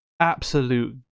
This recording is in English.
Absolute